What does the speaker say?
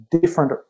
different